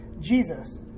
Jesus